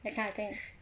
that kind of thing